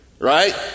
Right